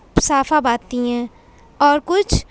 صافہ باندھتی ہیں اور کچھ